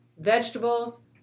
vegetables